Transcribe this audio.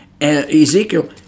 ezekiel